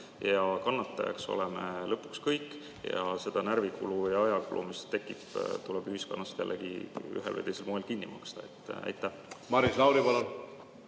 kannatajad oleme lõpuks kõik. See närvikulu ja ajakulu, mis tekib, tuleb ühiskonnal jällegi ühel või teisel moel kinni maksta. Maris